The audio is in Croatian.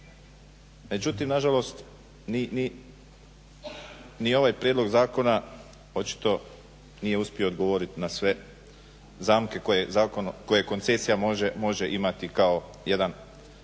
Međutim, na žalost ni ovaj prijedlog zakona očito nije uspio odgovorit na sve zamke koje zakon, koje koncesija može imati kao jedan postupak